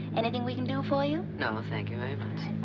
anything we can do for you? no. ah thank you very much.